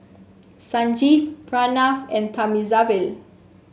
Sanjeev Pranav and Thamizhavel